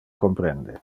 comprende